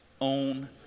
Own